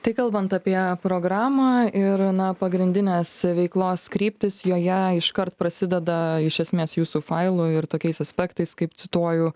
tai kalbant apie programą ir na pagrindinės veiklos kryptys joje iškart prasideda iš esmės jūsų failų ir tokiais aspektais kaip cituoju